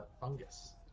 fungus